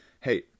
Hey